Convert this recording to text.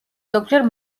ზოგჯერ